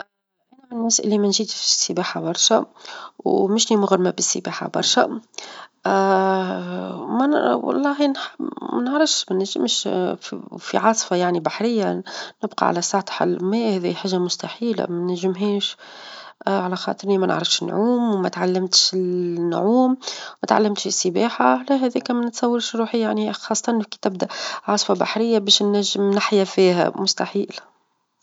ا أنا من الناس اللي ما نجيدش السباحة برشا، ومشني مغرمة بالسباحة برشا والله ما نعرفش ما نجمش في عاصفة يعني بحرية نبقى على سطح الماء، هذي حاجة مستحيلة ما نجمهاش على خاطري ما نعرفش نعوم، وما تعلمتش نعوم، وما تعلمتش السباحة على هاذيك ما نتصورش روحي يعني خاصةً كي تبدأ عاصفة بحرية باش ننجم نحيا فيها مستحيل.